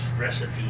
recipe